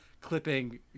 clipping